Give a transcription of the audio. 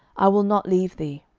i will not leave thee.